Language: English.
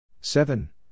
Seven